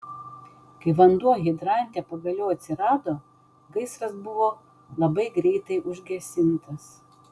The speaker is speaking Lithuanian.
kai vanduo hidrante pagaliau atsirado gaisras buvo labai greitai užgesintas